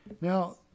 Now